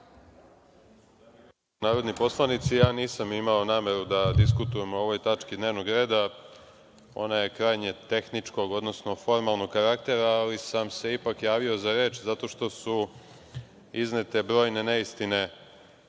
narodni poslanici, ja nisam imao nameru da diskutujem o ovoj tački dnevnog reda, ona je krajnje tehničkog odnosno formalnog karaktera, ali sam se ipak javio za reč zato što su iznete brojne neistine